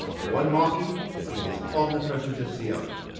the one marking being as omnipresent as the other.